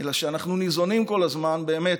אלא שאנחנו ניזונים כל הזמן באמת,